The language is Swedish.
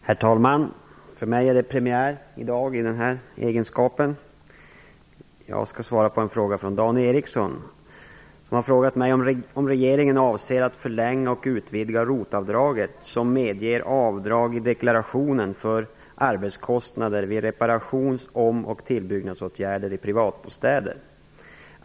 Herr talman! För mig är det i dag premiär här i kammaren i egenskap av arbetsmarknadsminister. Jag skall besvara en fråga ställd av Dan Ericsson. Dan Ericsson har frågat mig om regeringen avser att förlänga och utvidga ROT-avdraget som medger avdrag i deklarationen för arbetskostnader vid reparations-, om och tillbyggnadsåtgärder i privatbostäder.